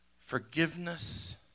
Forgiveness